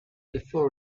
before